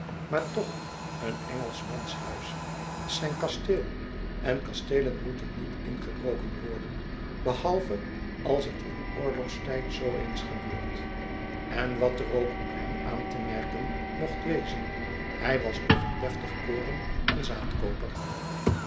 maar toch een engelschmans huis is zijn kasteel en kasteelen moeten niet ingebroken worden behalve als het in oorlogstijd zoo eens gebeurt en wat er ook op hem aan te merken mocht wezen hij was toch een deftige koren en